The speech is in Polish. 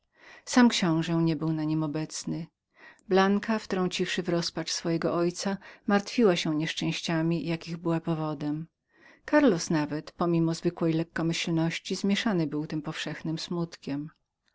sam książe nie był na niem obecnym blanka wtrąciwszy w rozpacz swego ojca martwiła się nieszczęściami jakich była powodem karlos nawet pomimo zwykłej lekkomyślności zmieszany był tym powszechnym smutkiem